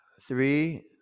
three